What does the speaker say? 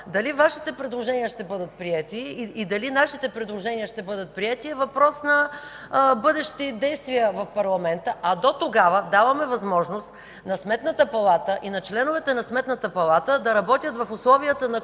Дали Вашите предложения ще бъдат приети, и дали нашите ще бъдат приети е въпрос на бъдещи действия в парламента. До тогава даваме възможност на Сметната палата и на членовете на Сметната палата да работят в условията на